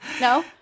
No